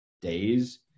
days